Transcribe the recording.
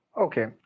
Okay